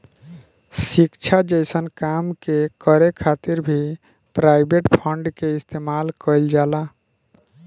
शिक्षा जइसन काम के करे खातिर भी प्राइवेट फंड के इस्तेमाल कईल जाला